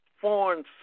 foreign